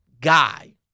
guy